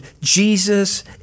Jesus